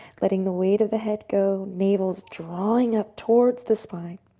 letting the weight of the head go. navel's drawing up towards the spine.